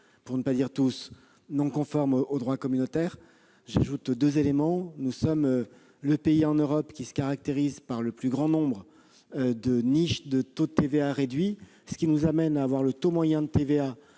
pour ne pas dire tous, non conformes au droit communautaire. J'ajoute que nous sommes le pays en Europe qui se caractérise par le plus grand nombre de niches de taux de TVA réduits, ce qui nous amène à avoir un taux moyen de TVA